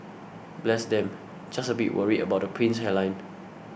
bless them just a bit worried about the prince's hairline